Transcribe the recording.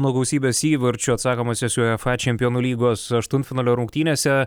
nuo gausybės įvarčių atsakomosiose uefa čempionų lygos aštuntfinalio rungtynėse